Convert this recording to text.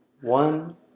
One